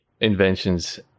inventions